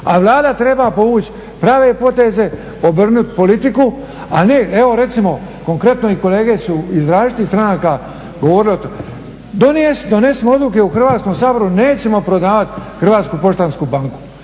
a Vlada treba povući prave poteze, obrnut politiku, ali evo konkretno i kolege su iz različitih stranaka govorile o tome. Donesimo odluke u Hrvatskom saboru nećemo prodavat HPB. Idemo od